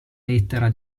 lettera